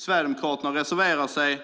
Sverigedemokraterna reserverar sig,